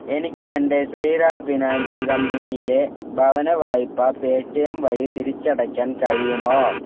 എനിക്ക് എൻ്റെ ശ്രീറാം ഫിനാൻസ് കമ്പനിയിലെ ഭവന വായ്പ പേ ടി എം വഴി തിരിച്ചടയ്ക്കാൻ കഴിയുമോ